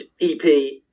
EP